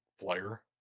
player